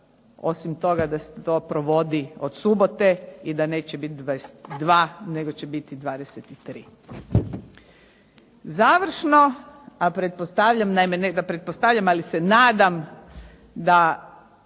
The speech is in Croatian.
osim toga da se to provodi od subote i da neće biti 22 nego će biti 23. Završno, a pretpostavljam, naime ne da pretpostavljam ali se nadam da